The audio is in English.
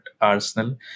Arsenal